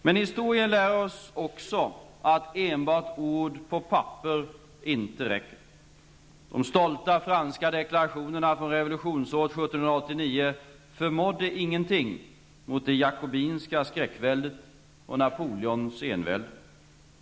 Men historien lär oss också att enbart ord på papper inte räcker. De stolta franska deklarationerna från revolutionsåret 1789 förmådde ingenting mot det jakobinska skräckväldet och Napoleons envälde.